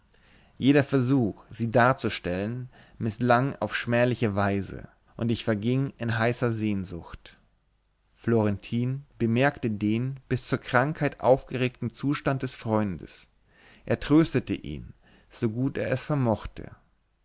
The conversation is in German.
jeder versuch sie darzustellen mißlang auf schmähliche weise und ich verging in heißer sehnsucht florentin bemerkte den bis zur krankheit aufgeregten zustand des freundes er tröstete ihn so gut er es vermochte